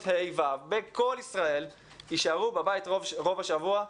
ה'-ו' בכל ישראל יישארו בבית רוב ימות השבוע.